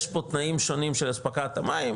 יש פה תנאים שונים של אספקת המים,